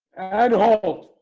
and hope